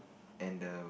and the